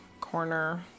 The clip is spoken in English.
corner